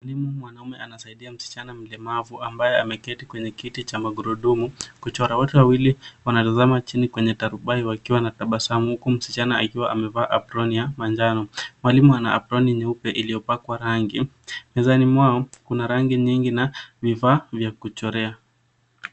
Ni mwanamume anasaidia msichana mlemavu ambaye ameketi kwenye kiti cha magurudumu kuchora. Wote wawili wanatazama chini kwenye tarubani wakiwa na tabasamu huku msichana akiwa amevaa aproni ya manjano. Mwalimu ana aproni nyeupe iliyopakwa rangi. Mezani mwao, kuna rangi nyingi na vifaa vya kuchorea.